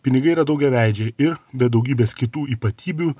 pinigai yra daugiaveidžiai ir be daugybės kitų ypatybių